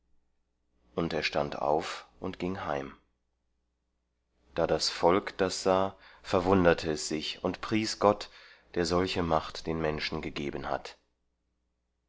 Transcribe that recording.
und er stand auf und ging heim da das volk das sah verwunderte es sich und pries gott der solche macht den menschen gegeben hat